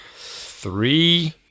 Three